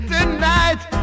Tonight